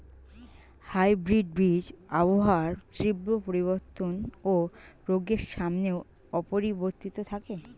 hybrid বীজ আবহাওয়ার তীব্র পরিবর্তন ও রোগের সামনেও অপরিবর্তিত থাকে